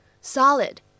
solid